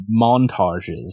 montages